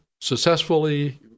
successfully